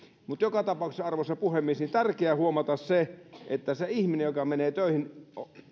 joka tapauksessa arvoisa puhemies on tärkeää huomata se että se ihminen joka menee töihin